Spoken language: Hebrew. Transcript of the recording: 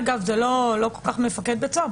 אגב, זה לא כל כך מפקד בית הסוהר.